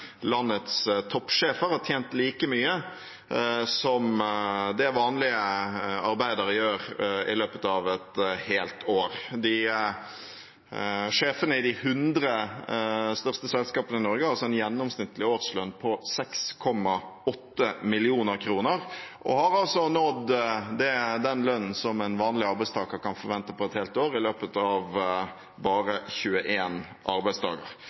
landets toppsjefer har tjent like mye som det vanlige arbeidere gjør i løpet av et helt år. Sjefene i de 100 største selskapene i Norge har en gjennomsnittlig årslønn på 6,8 mill. kr og har nådd den lønnen en vanlig arbeidstaker kan forvente på et helt år, i løpet av bare